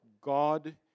God